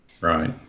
Right